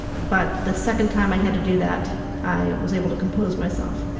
but the second time i had to do that i was able to compose myself.